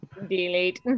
Delete